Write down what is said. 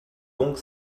donc